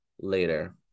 later